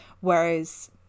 whereas